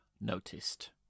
noticed